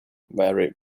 very